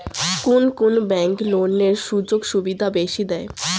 কুন কুন ব্যাংক লোনের সুযোগ সুবিধা বেশি দেয়?